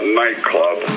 nightclub